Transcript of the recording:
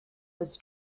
was